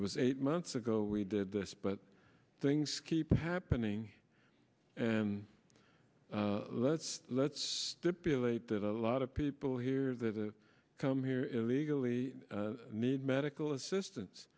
it was eight months ago we did this but things keep happening and let's let's stipulate that a lot of people here to come here illegally need medical assistance